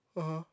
(uh huh)